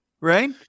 right